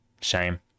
shame